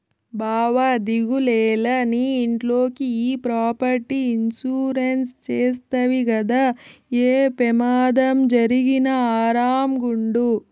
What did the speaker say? బావా దిగులేల, నీ ఇంట్లోకి ఈ ప్రాపర్టీ ఇన్సూరెన్స్ చేస్తవి గదా, ఏ పెమాదం జరిగినా ఆరామ్ గుండు